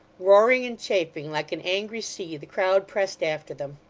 roaring and chafing like an angry sea, the crowd pressed after them.